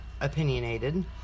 Opinionated